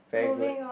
very good